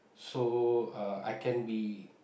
so uh I can be